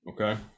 okay